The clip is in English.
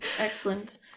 Excellent